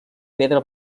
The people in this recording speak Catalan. pedra